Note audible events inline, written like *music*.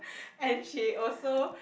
*breath* and she also